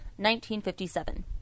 1957